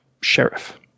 sheriff